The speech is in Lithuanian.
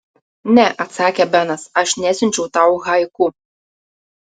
ne atsakė benas aš nesiunčiau tau haiku